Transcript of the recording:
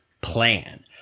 plan